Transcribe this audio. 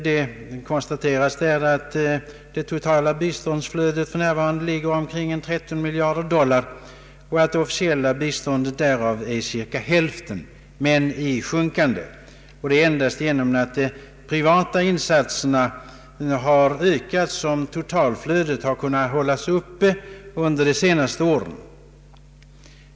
Det konstateras där att det totala biståndsflödet för närvarande är omkring 13 miljarder dollar och att det officiella biståndet är cirka hälften därav men i sjunkande. Endast genom att de privata insatserna ökat har totalflödet kunnat hållas uppe under de senaste åren.